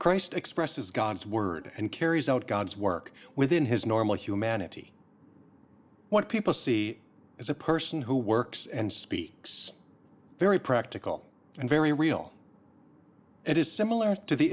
christ expressed as god's word and carries out god's work within his normal humanity what people see as a person who works and speaks very practical and very real and is similar to the